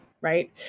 right